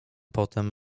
potem